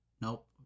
Nope